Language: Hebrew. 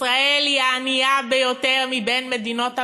ישראל היא הענייה ביותר מבין מדינות המערב,